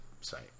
site